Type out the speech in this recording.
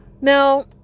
now